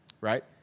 right